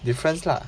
difference lah